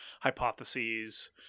hypotheses